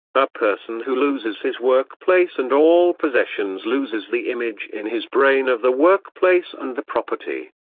a person who loses his workplace and all possessions loses the image in his brain of the workplace and the property.